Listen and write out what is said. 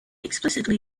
explicitly